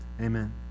Amen